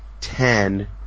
ten